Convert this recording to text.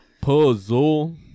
Puzzle